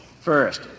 First